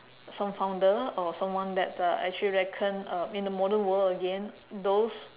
some founder or someone that uh actually reckon uh in the modern world again those